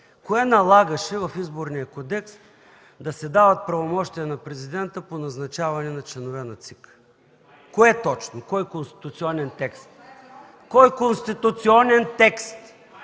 кое налагаше в Изборния кодекс да се дават правомощия на президента по назначаване на членове на ЦИК? Кое точно? Кой конституционен текст? Кой конституционен текст?!